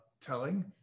telling